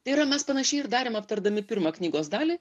tai yra mes panašiai ir darėm aptardami pirmą knygos dalį